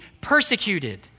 persecuted